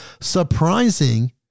surprising